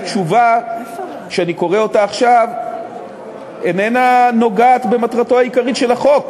התשובה שאני קורא עכשיו איננה נוגעת במטרתו העיקרית של החוק.